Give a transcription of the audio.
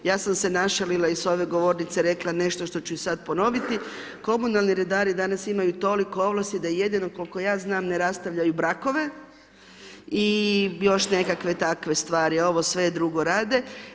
Ja sam se našalila i s ove govornice rekla nešto što ću i sad ponoviti, komunalni redari danas imaju toliko ovlasti da jedino koliko ja znam ne rastavljaju brakove i još nekakve takve stvari, ovo sve drugo rade.